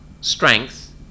strength